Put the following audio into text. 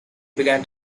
began